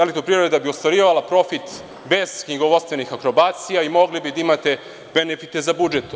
Elektroprivreda“ bi ostvarivala profit bez knjigovodstvenih akrobacija i mogli bi da imate benefite za budžet.